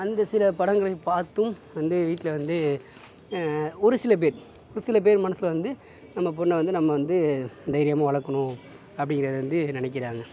அந்த சில படங்களை பார்த்தும் வந்து வீட்டில் வந்து ஒரு சில பேர் ஒரு சில பேர் மனதுல வந்து நம்ம பெண்ணை வந்து நம்ம வந்து தைரியமாக வளர்க்கணும் அப்படிங்குறது வந்து நினைக்குறாங்க